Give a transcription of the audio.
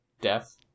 death